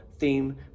theme